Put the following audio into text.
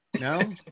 no